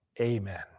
amen